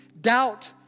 Doubt